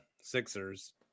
Sixers